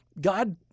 God